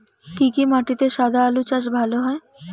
কি কি মাটিতে সাদা আলু চাষ ভালো হয়?